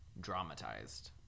dramatized